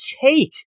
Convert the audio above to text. Take